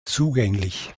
zugänglich